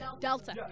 Delta